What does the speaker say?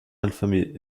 alphabet